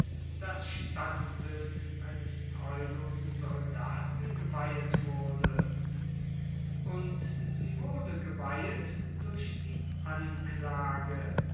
größten feldherrn eines treulosen soldaten geweihet wurde und sie wurde geweihet durch die anklage